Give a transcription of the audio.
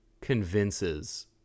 convinces